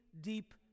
deep